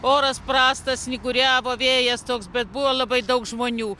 oras prastas snyguriavo vėjas toks bet buvo labai daug žmonių